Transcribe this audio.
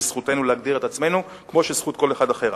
וזכותנו להגדיר את עצמנו כמו שזכות כל אחד אחר לכך.